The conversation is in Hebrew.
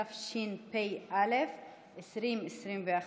התשפ"א 2021,